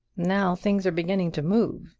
now things are beginning to move,